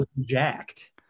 jacked